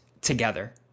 together